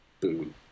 Boom